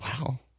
Wow